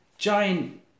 Giant